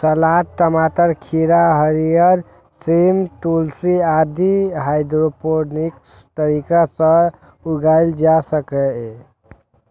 सलाद, टमाटर, खीरा, हरियर सेम, तुलसी आदि हाइड्रोपोनिक्स तरीका सं उगाएल जा सकैए